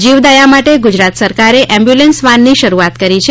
જીવદયા માટે ગુજરાત સરકારે એમ્બ્યુલન્સ વાનની શરૂઆત કરી છે